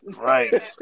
right